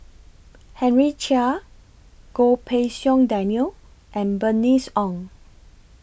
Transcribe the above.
Henry Chia Goh Pei Siong Daniel and Bernice Ong